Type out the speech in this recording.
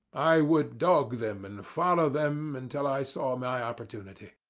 i would dog them and follow them until i saw my opportunity.